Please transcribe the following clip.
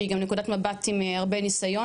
שהיא גם נקודת מבט עם הרבה ניסיון,